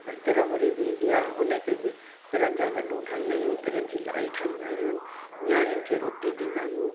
वरी तिर मूरी बि ईंदी आहे उन ते बि तिरनि जा लड्डू ठाहींदा आहियूं तिरनि जी लाई ठाहींदा आहियूं नियाणीयुनि खे रोटी ॾींदा आहियूं